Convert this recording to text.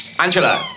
Angela